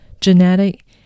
genetic